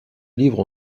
livre